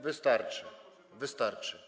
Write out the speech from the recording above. Wystarczy, wystarczy.